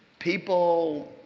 people